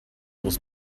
was